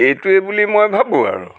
এইটোৱেই বুলি মই ভাবোঁ আৰু